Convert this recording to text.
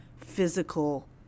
physical